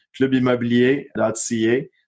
clubimmobilier.ca